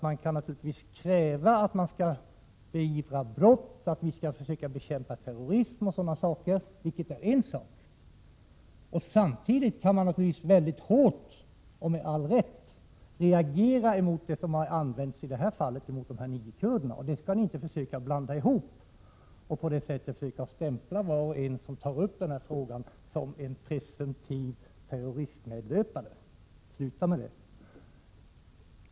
Man kan naturligtvis kräva att vi skall beivra brott och att vi skall försöka bekämpa terrorism samtidigt som man väldigt hårt, med all rätt, reagerar mot besluten i fråga om de här nio kurderna. Ni skall inte försöka blanda ihop dessa två saker och på det sättet stämpla var och en som tar upp denna fråga som en presumtiv terroristmedlöpare. Sluta med det!